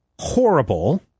horrible